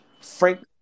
Frank